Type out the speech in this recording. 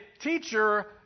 teacher